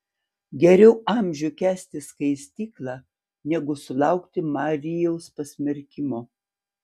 geriau amžių kęsti skaistyklą negu sulaukti marijaus pasmerkimo